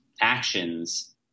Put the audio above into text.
actions